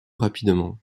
rapidement